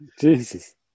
Jesus